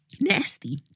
Nasty